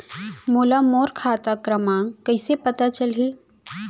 मोला मोर खाता क्रमाँक कइसे पता चलही?